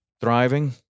thriving